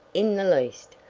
in the least,